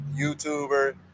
YouTuber